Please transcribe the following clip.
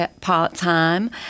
part-time